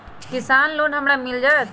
किसान लोन हमरा मिल जायत?